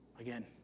Again